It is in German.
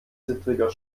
zittriger